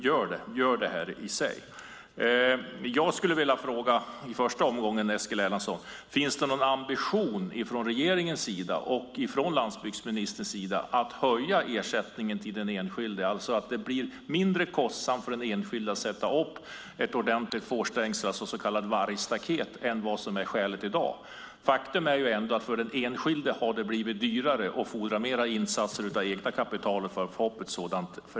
Jag skulle i detta mitt första inlägg vilja fråga Eskil Erlandsson om det finns någon ambition från regeringens och landsbygdsministerns sida att höja ersättningen så att det blir mindre kostsamt för den enskilde att sätta upp ett ordentligt fårstängsel, ett så kallat vargstaket, än vad som är fallet i dag. Faktum är att det för den enskilde blivit dyrare. Det krävs mer insatser i form av eget kapital för att få upp ett sådant staket.